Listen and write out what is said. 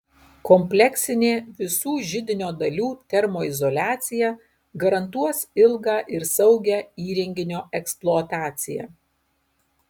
kompleksinė visų židinio dalių termoizoliacija garantuos ilgą ir saugią įrenginio eksploataciją